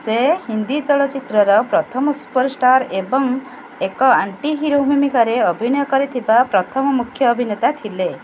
ସେ ହିନ୍ଦୀ ଚଳଚ୍ଚିତ୍ରର ପ୍ରଥମ ସୁପର୍ ଷ୍ଟାର୍ ଏବଂ ଏକ ଆଣ୍ଟି ହିରୋ ଭୂମିକାରେ ଅଭିନୟ କରିଥିବା ପ୍ରଥମ ମୁଖ୍ୟ ଅଭିନେତା ଥିଲେ